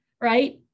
Right